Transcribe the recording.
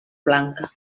blanca